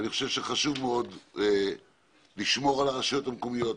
אני חושב שחשוב מאוד לשמור על הרשויות המקומיות,